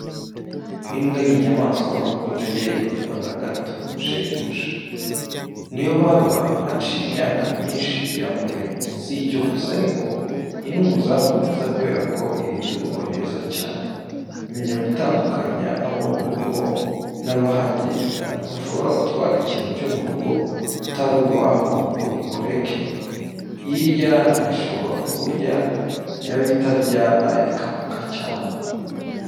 Imbwa ni inyamanswa bavuga ko itajya yibagirwa na gato shebuja. Ni yo haba hahise imyaka myinshi iramumenya. Si icyo gusa ariko, ni n'umuzamu mwiza kubera ko irinda urugo neza cyane. Imenya gutandukanya abo mu rugo n'abahagenda. Ntushobora gutwara ikintu cyo mu rugo utari uwaho ngo ikureke. Iyo iryana ishobora ku kurya, yaba itaryana ikamoka cyane.